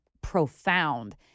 profound